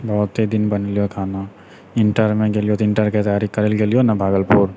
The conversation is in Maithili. बहुते दिन बनेलिऔ खाना इन्टरमे गेलिऔ तऽ इन्टरके तैयारी करैलए गेलिऔ ने भागलपुर